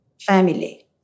family